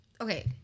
Okay